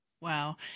wow